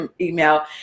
email